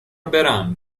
برم